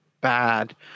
bad